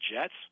Jets